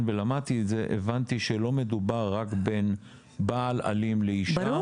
ולמדתי את זה הבנתי שלא מדובר רק בין בעל אלים לאישה.